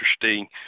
interesting